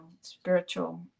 spiritual